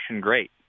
great